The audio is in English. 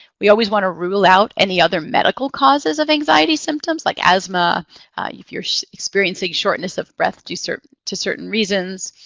we always want to rule out any other medical causes of anxiety symptoms, like asthma, if you're experiencing shortness of breath due to certain reasons,